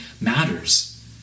matters